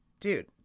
Dude